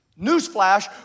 newsflash